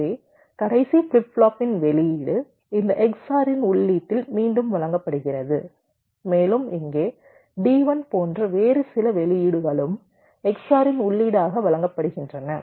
எனவே கடைசி ஃபிளிப் ஃப்ளாப்பின் வெளியீடு இந்த XOR இன் உள்ளீட்டில் மீண்டும் வழங்கப்படுகிறது மேலும் இங்கே D1 போன்ற வேறு சில வெளியீடுகளும் XOR இன் உள்ளீடாக வழங்கப்படுகின்றன